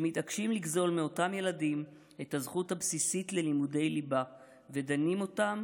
שמתעקשים לגזול מאותם ילדים את הזכות הבסיסית ללימודי ליבה ודנים אותם